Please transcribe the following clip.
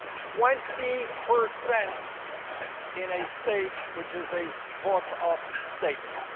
twenty percent in a state which is a toss-up state.